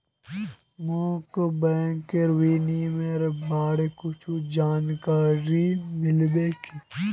मोक बैंक विनियमनेर बारे कुछु जानकारी मिल्बे की